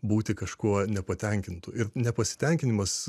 būti kažkuo nepatenkintu ir nepasitenkinimas